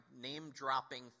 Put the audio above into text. name-dropping